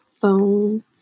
phone